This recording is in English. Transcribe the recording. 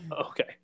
okay